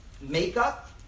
makeup